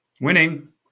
winning